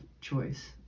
choice